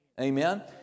Amen